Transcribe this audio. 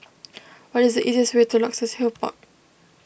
what is the easiest way to Luxus Hill Park